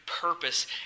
purpose